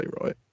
right